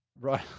right